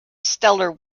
stellar